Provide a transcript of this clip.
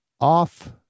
off